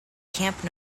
camp